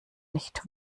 nicht